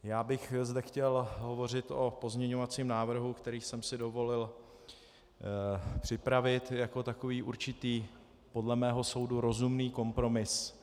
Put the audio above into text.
Já bych zde chtěl hovořit o pozměňovacím návrhu, který jsem si dovolil připravit jako takový určitý podle mého soudu rozumný kompromis.